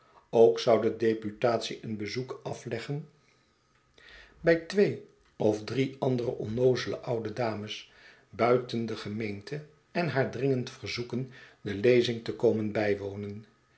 ook zou de deputatie een bezoek afleggen bij twee of drie andere onnoozele oude dames buiten de gemeente en haar dringend verzoeken de lezing te komen bijwonen